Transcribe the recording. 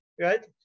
right